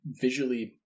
visually